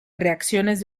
reacciones